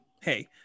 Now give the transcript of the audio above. hey